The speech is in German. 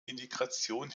integration